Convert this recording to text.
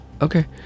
Okay